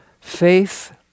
faith